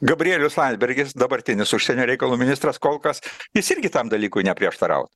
gabrielius landsbergis dabartinis užsienio reikalų ministras kol kas jis irgi tam dalykui neprieštaravo